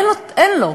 אין לו,